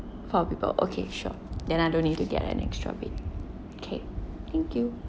four people okay sure then I don't need to get an extra bed okay thank you